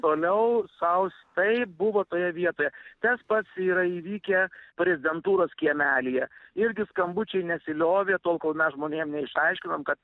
toliau sau taip buvo toje vietoje tas pats yra įvykę prezidentūros kiemelyje irgi skambučiai nesiliovė tol kol mes žmonėm neišaiškinom kad